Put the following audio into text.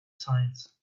science